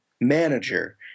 manager